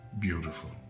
beautiful